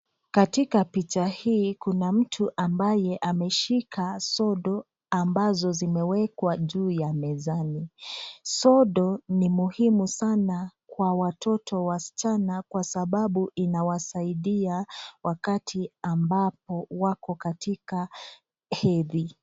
Katika picha hii kuna mtu ambaye ameshika sodo ambazo zimewekwa juu ya mezani. Sodo, ni muhimu sana kwa watoto wasichana kwasababu inawasaidia wakati ambapo wapi katika hedhi.